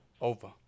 Over